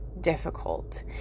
difficult